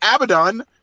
Abaddon